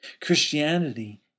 Christianity